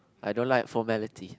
I don't like formality